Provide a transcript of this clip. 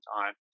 time